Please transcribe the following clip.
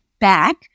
back